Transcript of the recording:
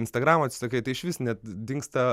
instagramo atsisakai tai išvis net dingsta